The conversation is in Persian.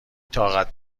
طاقت